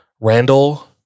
Randall